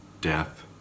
death